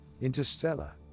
Interstellar